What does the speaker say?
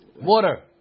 Water